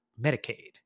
Medicaid